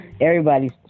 Everybody's